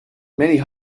many